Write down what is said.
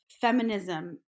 feminism